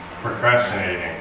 procrastinating